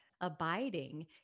abiding